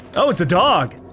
oh, it's a dog.